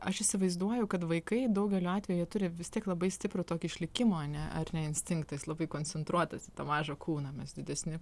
aš įsivaizduoju kad vaikai daugeliu atvejų turi vis tiek labai stiprų tokį išlikimo ane ar ne instinktas labai koncentruotas į tą mažą kūną mes didesni